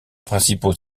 principaux